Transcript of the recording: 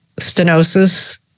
stenosis